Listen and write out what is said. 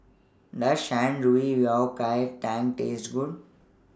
Does Shan Rui Yao Tang Taste Good